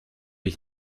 ich